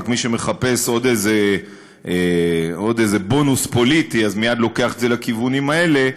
רק מי שמחפש עוד איזה בונוס פוליטי מייד לוקח את זה לכיוונים האלה.